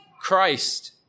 Christ